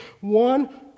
One